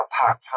Park